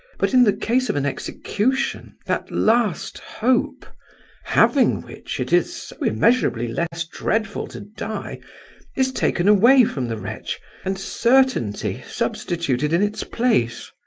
but in the case of an execution, that last hope having which it is so immeasurably less dreadful to die is taken away from the wretch and certainty substituted in its place!